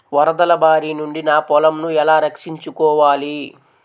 వరదల భారి నుండి నా పొలంను ఎలా రక్షించుకోవాలి?